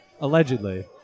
allegedly